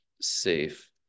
safe